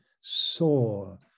saw